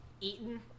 eaten